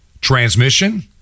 transmission